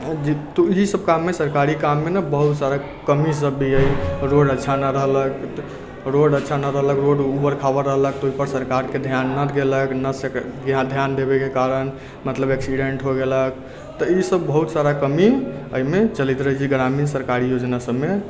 अऽ जे तू ई सब काममे सरकारी काममे ने बहुत सारा कमी सब भी हय रोड अच्छा नहि रहलक रोड अच्छा नहि रहलक रोड उबड़ खाबड़ रहलक तऽ ओइपर सरकारके ध्यान नहि गेलक नहि ध्यान देबैके कारण मतलब एक्सीडेन्ट हो गेलक तऽ ई सब बहुत सारा कमी अयमे चलैत रहै छै ग्रामीण सरकारी योजना सबमे